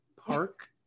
park